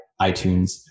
iTunes